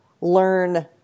learn